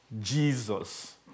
Jesus